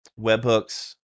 webhooks